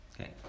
Okay